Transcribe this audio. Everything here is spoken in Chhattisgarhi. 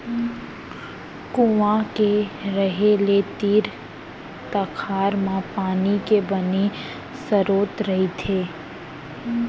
कुँआ के रहें ले तीर तखार म पानी के बने सरोत रहिथे